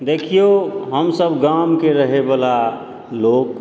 देखिऔ हमसभ गामके रहयवला लोक